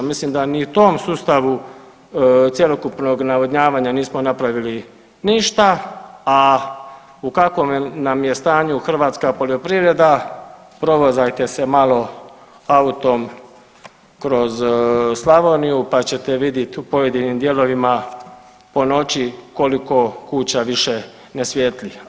Mislim da ni tom sustavu cjelokupnog navodnjavanja nismo napravili ništa, a u kakvom nam je stanju hrvatska poljoprivreda, provozajte se malo autom kroz Slavoniju pa ćete vidjeti u pojedinim dijelovima po noći koliko kuća više ne svijetli.